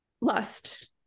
lust